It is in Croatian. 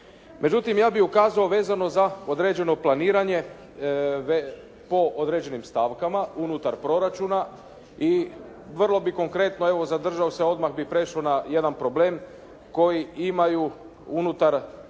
Međutim, ja bih ukazao vezano za određeno planiranje po određenim stavkama unutar proračuna i prvo bih konkretno evo zadržao se odmah bih prešao na jedan problem koji imaju unutar